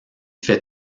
fait